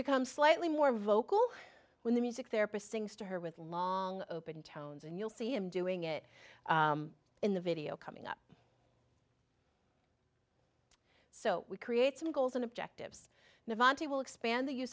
become slightly more vocal when the music therapist sings to her with long open tones and you'll see him doing it in the video coming up so we create some goals and objectives and vonte will expand the use